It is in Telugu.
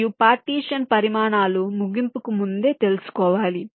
మరియు పార్టీషన్ పరిమాణాలు ముగింపుకు ముందే తెలుసుకోవాలి